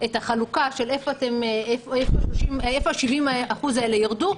את החלוקה של איפה ה-70% האלה ירדו,